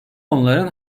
onların